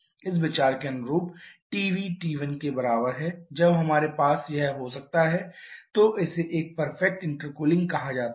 इस विचार के अनुसार TB T1 के बराबर है जब हमारे पास यह हो सकता है तो इसे एक परफेक्ट इंटरकूलिंग कहा जाता है